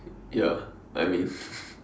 ya I mean